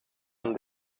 aan